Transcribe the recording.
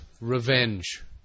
revenge